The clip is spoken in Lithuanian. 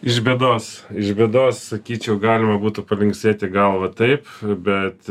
iš bėdos iš bėdos sakyčiau galima būtų palinksėti galva taip bet